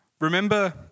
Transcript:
remember